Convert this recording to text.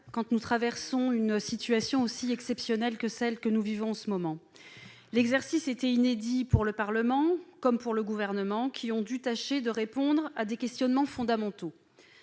que nous traversons une situation aussi exceptionnelle que celle que nous vivons en ce moment ? L'exercice était inédit pour le Parlement comme pour le Gouvernement, qui devaient répondre à des questionnements fondamentaux.